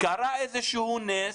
קרה איזשהו נס,